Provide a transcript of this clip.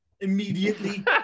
immediately